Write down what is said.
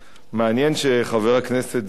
מעניין שחבר הכנסת זאב,